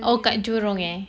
oh kat jurong eh